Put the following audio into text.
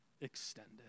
extended